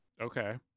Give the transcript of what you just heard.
Okay